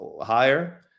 higher